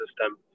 system